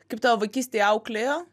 kaip tavo vaikystėj auklėjo